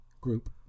group